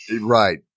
Right